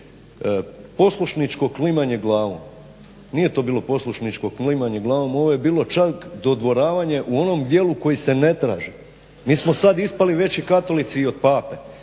Poslušničko klimanje glavom. Nije to bilo poslušničko kimanje glavom ovo je bilo čak dodvoravanje u onom dijelu koji se ne traži. Mi smo sad ispali veći katolici i od Pape.